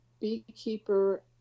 beekeeper